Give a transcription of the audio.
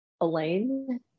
Elaine